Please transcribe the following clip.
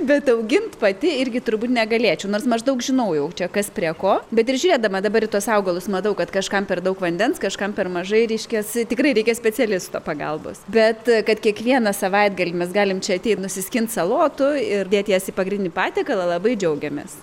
bet augint pati irgi turbūt negalėčiau nors maždaug žinau jau čia kas prie ko bet ir žiūrėdama dabar į tuos augalus matau kad kažkam per daug vandens kažkam per mažai reiškias tikrai reikia specialisto pagalbos bet kad kiekvieną savaitgalį mes galim čia ateit nusiskint salotų ir dėt jas į pagrindinį patiekalą labai džiaugiamės